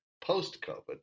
post-COVID